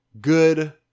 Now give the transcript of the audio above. good